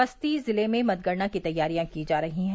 बस्ती जिले में मतगणना की तैयारियां की जा रही है